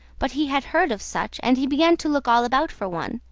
but he had heard of such, and he began to look all about for one.